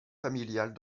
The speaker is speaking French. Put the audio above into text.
familiales